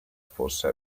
forse